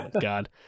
god